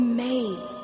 made